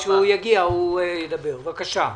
בבקשה.